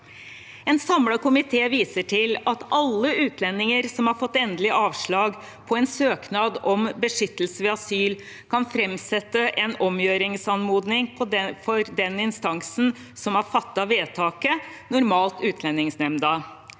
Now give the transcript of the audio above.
En samlet komité viser til at alle utlendinger som har fått endelig avslag på en søknad om beskyttelse, asyl, kan framsette en omgjøringsanmodning for den instansen som har fattet vedtaket, normalt Utlendingsnemnda.